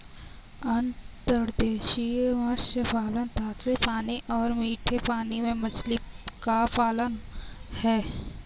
अंतर्देशीय मत्स्य पालन ताजे पानी और मीठे पानी में मछली का पालन है